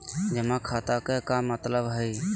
जमा खाता के का मतलब हई?